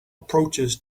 approaches